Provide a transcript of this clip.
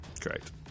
Correct